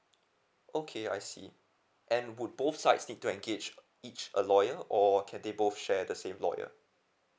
okay I see and would both sides need to engage each a lawyer or can they both share the same lawyer